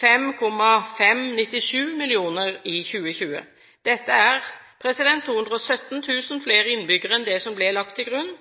5,597 millioner i 2020. Dette er 217 000 flere innbyggere enn det som ble lagt til grunn,